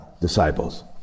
disciples